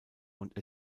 und